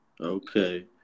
Okay